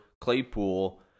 Claypool